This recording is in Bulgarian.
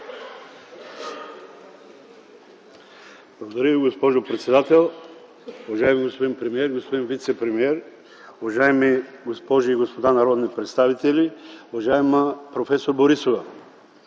Благодаря Ви, госпожо председател. Уважаеми господин премиер, господин вицепремиер, уважаеми госпожи и господа народни представители, уважаема проф. Борисова!